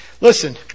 listen